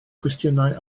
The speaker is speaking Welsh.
cwestiynau